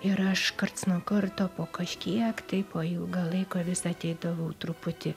ir aš karts nuo karto po kažkiek tai po ilga laiko vis ateidavau truputį